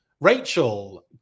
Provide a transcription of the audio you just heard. Rachel